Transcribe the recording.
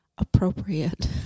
Appropriate